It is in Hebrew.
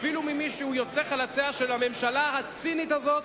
אפילו ממי שהוא יוצא חלציה של הממשלה הצינית הזאת